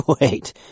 Wait